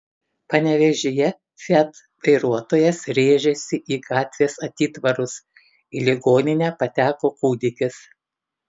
panevėžyje fiat vairuotojas rėžėsi į gatvės atitvarus į ligoninę pateko kūdikis